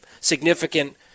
significant